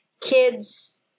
kids